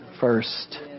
first